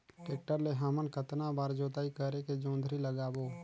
Tractor ले हमन कतना बार जोताई करेके जोंदरी लगाबो?